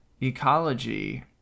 ecology